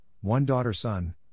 One-Daughter-Son